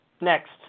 Next